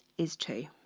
is two